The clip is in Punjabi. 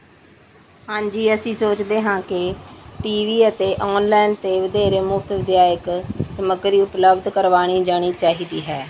ਹਾਂਜੀ ਅਸੀਂ ਸੋਚਦੇ ਹਾਂ ਕਿ ਟੀ ਵੀ ਅਤੇ ਔਨਲਾਈਨ 'ਤੇ ਵਧੇਰੇ ਮੁਫਤ ਵਿਦਿਆਇਕ ਸਮੱਗਰੀ ਉਪਲਬਧ ਕਰਵਾਉਣੀ ਜਾਣੀ ਚਾਹੀਦੀ ਹੈ